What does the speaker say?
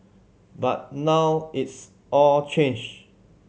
but now it's all changed